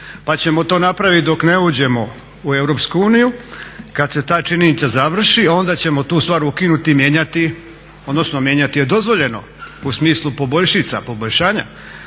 pa ćemo to napravit dok ne uđemo u EU. Kad se ta činjenica završi onda ćemo tu stvar ukinuti, mijenjati, odnosno mijenjati je dozvoljeno u smislu poboljšica,